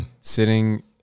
sitting